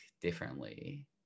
differently